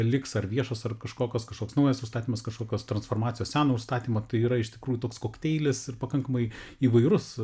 liks ar viešos ar kažkokios kažkoks naujas užstatymas kažkokios transformacijos seno užstatymo tai yra iš tikrųjų toks kokteilis ir pakankamai įvairus